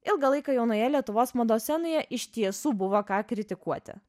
ilgą laiką jaunoje lietuvos mados scenoje iš tiesų buvo ką kritikuoti